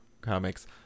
comics